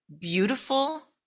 beautiful